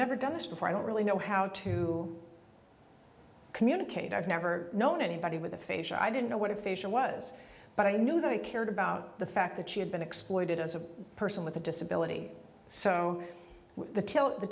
never done this before i don't really know how to communicate i've never known anybody with a facial i didn't know what a facial was but i knew that i cared about the fact that she had been exploited as a person with a disability so the t